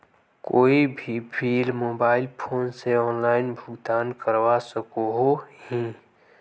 कोई भी bill mobile phone से ऑनलाइन भुगतान करवा सकोहो ही?